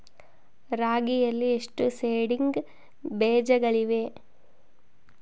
ರಾಗಿಯಲ್ಲಿ ಎಷ್ಟು ಸೇಡಿಂಗ್ ಬೇಜಗಳಿವೆ?